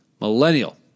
millennial